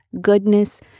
goodness